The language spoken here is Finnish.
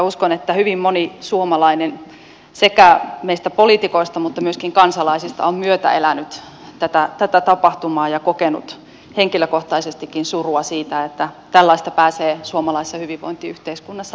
uskon että hyvin moni suomalainen sekä meistä poliitikoista että myöskin kansalaisista on myötäelänyt tätä tapahtumaa ja kokenut henkilökohtaisestikin surua siitä että tällaista pääsee suomalaisessa hyvinvointiyhteiskunnassa tapahtumaan